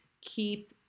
keep